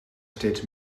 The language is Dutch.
steeds